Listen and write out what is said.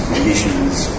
emissions